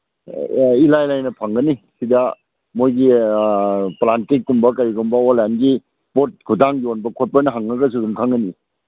ꯏꯂꯥꯏ ꯂꯥꯏꯅ ꯐꯪꯒꯅꯤ ꯁꯤꯗ ꯃꯣꯏꯒꯤ ꯄ꯭ꯂꯥꯏꯁꯇꯤꯛꯒꯨꯝꯕ ꯀꯩꯒꯨꯝꯕ ꯑꯣꯟꯂꯥꯏꯟꯒꯤ ꯄꯣꯠ ꯈꯨꯠꯊꯥꯡ ꯌꯣꯟꯕ ꯈꯣꯠꯄꯅ ꯍꯪꯉꯒꯁꯨ ꯈꯪꯉꯅꯤ